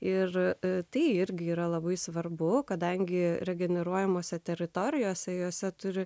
ir tai irgi yra labai svarbu kadangi yra generuojamose teritorijose jose turi